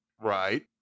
Right